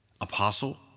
Apostle